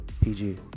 PG